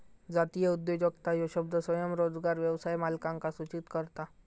जातीय उद्योजकता ह्यो शब्द स्वयंरोजगार व्यवसाय मालकांका सूचित करता